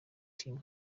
team